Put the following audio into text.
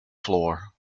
floor